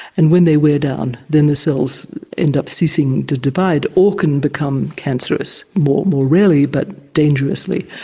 and when they wear down, then the cells end up ceasing to divide or can become cancerous, more more rarely, but dangerously.